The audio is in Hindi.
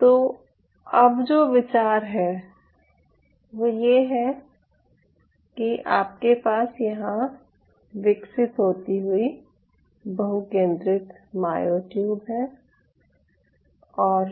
तो अब जो विचार है वो ये है कि आपके पास यहाँ विकसित होती हुई बहुकेंद्रित मायोट्यूब है और